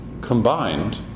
combined